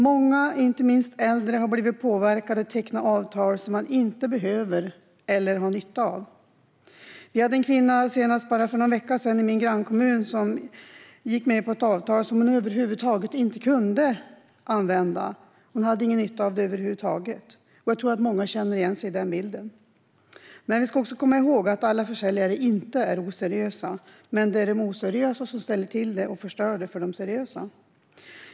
Många, inte minst äldre, har påverkats att teckna avtal som de inte behöver eller har nytta av. För bara någon vecka sedan var det en kvinna i min grannkommun som gick med på ett avtal om något som hon över huvud taget inte kunde använda. Hon hade ingen nytta alls av det. Jag tror att många känner igen sig i den bilden. Vi ska dock komma ihåg att inte alla försäljare är oseriösa. Men det är de oseriösa som ställer till det och förstör för de seriösa.